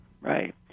Right